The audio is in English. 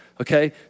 okay